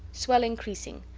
swell increasing.